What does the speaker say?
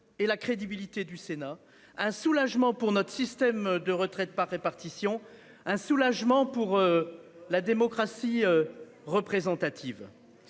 et la crédibilité du Sénat. Un soulagement pour notre système de retraite par répartition. Un soulagement pour. La démocratie représentative.